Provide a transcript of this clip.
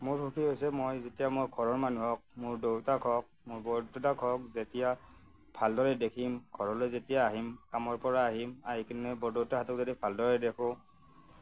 মোৰ সুখী হৈছে মই যেতিয়া মোৰ ঘৰৰ মানুহক মোৰ দেউতাক হওক মোৰ বৰদেউতাক হওক যেতিয়া ভালদৰে দেখিম ঘৰলৈ যেতিয়া আহিম কামৰ পৰা আহিম আহি কিনে বৰদেউতাহঁতক যদি ভালদৰে দেখোঁ